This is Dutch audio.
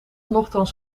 nochtans